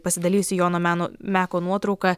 pasidalijusi jono meno meko nuotrauka